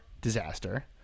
disaster